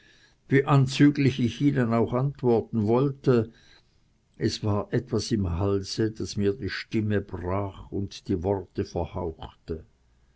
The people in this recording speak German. wie anzüglich ich ihnen auch antworten wollte es war etwas im halse das mir die stimme brach und die worte verhauchte